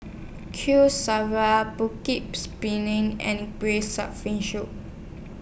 Kuih Syara Putu Piring and Braised Shark Fin Soup